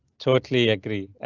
totally agree, ah,